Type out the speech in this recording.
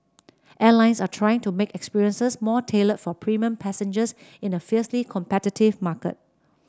airlines are trying to make experiences more tailored for premium passengers in a fiercely competitive market